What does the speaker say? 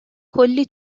کلی